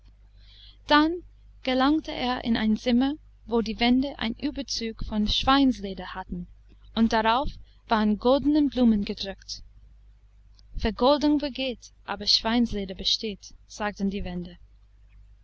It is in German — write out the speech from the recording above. dann gelangte er in ein zimmer wo die wände einen überzug von schweinsleder hatten und darauf waren goldene blumen gedruckt vergoldung vergeht aber schweinsleder besteht sagten die wände